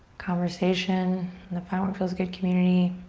conversation and the find what feels good community